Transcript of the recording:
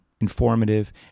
informative